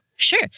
Sure